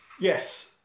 Yes